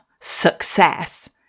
success